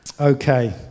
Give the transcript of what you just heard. Okay